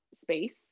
space